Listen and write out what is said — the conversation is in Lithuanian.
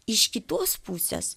iš kitos pusės